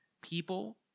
people